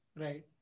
Right